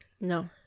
No